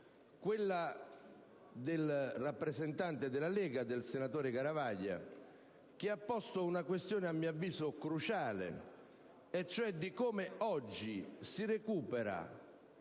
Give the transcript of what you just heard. quella del rappresentante della Lega, il senatore Garavaglia, che ha posto una questione a mio avviso cruciale, cioè di come oggi si recupera